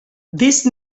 these